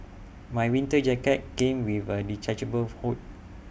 my winter jacket came with A detachable hood